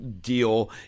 deal